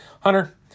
Hunter